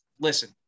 Listen